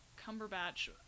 Cumberbatch